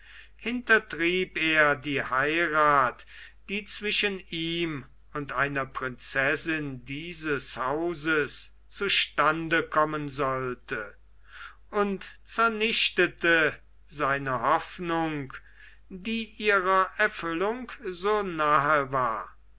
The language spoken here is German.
hintertrieb er die heirath die zwischen ihm und einer prinzessin dieses hauses zu stande kommen sollte und zernichtete seine hoffnung die ihrer erfüllung so nahe war